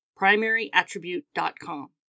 primaryattribute.com